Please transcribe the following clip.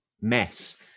mess